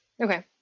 Okay